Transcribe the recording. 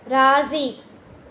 राज़ी